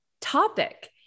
topic